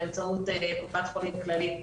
באמצעות קופת חולים כללית,